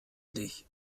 dich